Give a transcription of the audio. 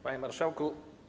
Panie Marszałku!